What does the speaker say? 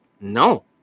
no